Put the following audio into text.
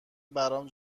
برام